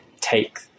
take